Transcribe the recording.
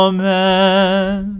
Amen